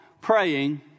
praying